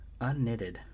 Unknitted